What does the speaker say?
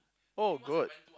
oh good